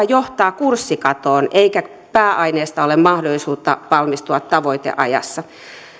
johtaa kurssikatoon eikä pääaineesta ole mahdollisuutta valmistua tavoiteajassa